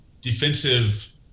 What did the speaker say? defensive